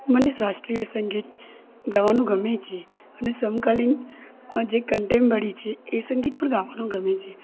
મને શાસ્ત્રીય સંગીત ગાવાનું ગમે છે અને સમકાલીન આજે કનટેમવળી છે એ સંગીત પણ ગાવાનું ગમે છે